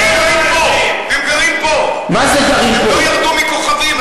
הם גרים פה, הם לא ירדו מהכוכבים.